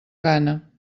gana